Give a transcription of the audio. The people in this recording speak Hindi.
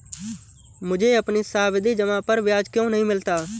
मुझे अपनी सावधि जमा पर ब्याज क्यो नहीं मिला?